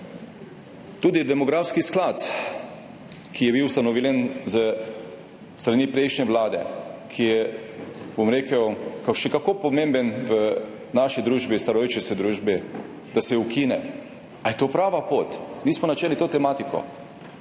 Tudi demografski sklad, ki je bil ustanovljen s strani prejšnje vlade, ki je še kako pomemben v naši družbi, starajoči se družbi, da se ukine – ali je to prava pot? Mi smo načeli to tematiko,